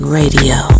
radio